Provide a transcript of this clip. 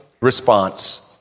response